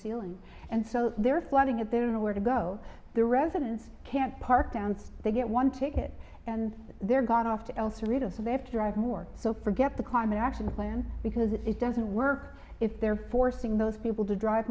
feeling and so they're floating it they don't know where to go the residents can't park downs they get one ticket and they're gone off to else rid of they have to drive more so forget the climate action plan because it doesn't work if they're forcing those people to drive